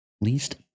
Least